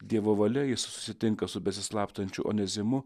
dievo valia jis susitinka su besislapstančių onezimu